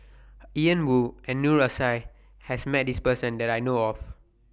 Ian Woo and Noor Aishah has Met This Person that I know of